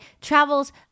travels